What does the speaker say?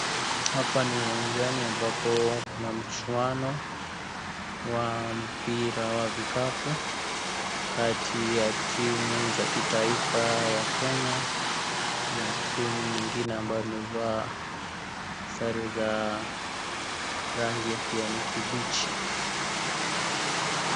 Hapa ni uwanjani ambapo kuna mchuano, wa mpira wa vikapu kati ya timu za kitaifa ya Kenya, na timu nyingine ambayo imevaa sare za rangi ya kijani kibichi.